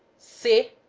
see